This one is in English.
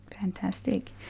Fantastic